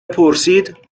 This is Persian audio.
پرسید